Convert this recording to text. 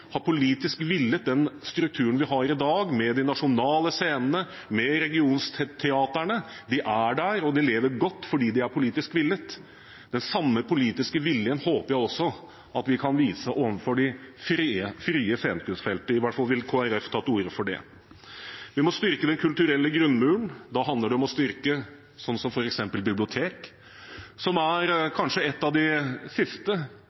har politisk villet den strukturen vi har i dag, med de nasjonale scenene og med regionteatrene, de er der, og de lever godt fordi de er politisk villet. Den samme politiske viljen håper jeg at vi kan vise også overfor det frie scenekunstfeltet, i hvert fall vil Kristelig Folkeparti ta til orde for det. Vi må styrke den kulturelle grunnmuren. Det handler om å styrke f.eks. bibliotekene, som kanskje er en av de siste kulturarenaene som er